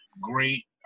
great